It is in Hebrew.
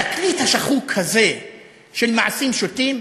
התקליט השחוק הזה של עשבים שוטים,